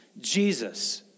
Jesus